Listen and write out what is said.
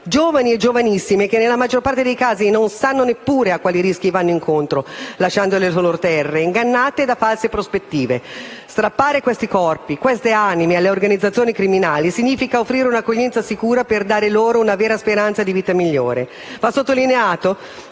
giovani e giovanissime che, nella maggior parte dei casi, non sanno neppure a quali rischi vanno incontro lasciando le loro terre, ingannate da false prospettive. Strappare questi corpi e queste anime alle organizzazioni criminali significa offrire un'accoglienza sicura per dare loro una vera speranza di una vita migliore.